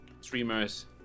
streamers